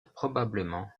probablement